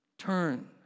Turn